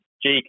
Jake